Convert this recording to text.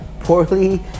poorly